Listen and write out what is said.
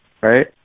right